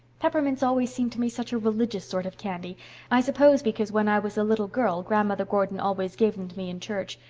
peppermints always seem to me such a religious sort of candy i suppose because when i was a little girl grandmother gordon always gave them to me in church.